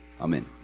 Amen